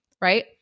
right